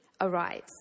arrives